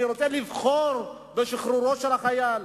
אני רוצה לבחור בשחרורו של החייל.